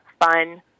fun